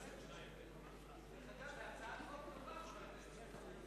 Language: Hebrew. זו הצעת חוק טובה, חבר הכנסת צרצור.